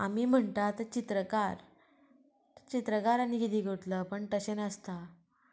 आमी म्हणटा तो चित्रकार चित्रकार आनी किदें करतलो पण तशें नासता